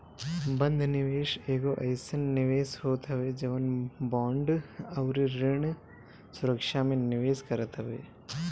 बंध निवेश एगो अइसन निवेश होत हवे जवन बांड अउरी ऋण सुरक्षा में निवेश करत हवे